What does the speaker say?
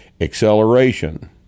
acceleration